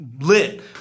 lit